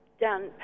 down